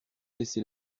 laisser